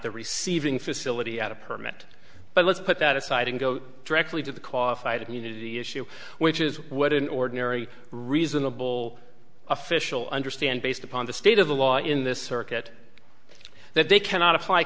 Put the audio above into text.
the receiving facility had a permit but let's put that aside and go directly to the qualified immunity issue which is what an ordinary reasonable official understand based upon the state of the law in this circuit that they cannot apply